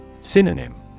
Synonym